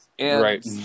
Right